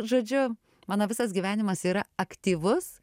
žodžiu mano visas gyvenimas yra aktyvus